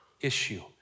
issue